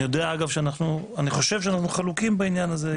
אני חושב שאנחנו חלוקים בעניין הזה,